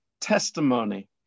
testimony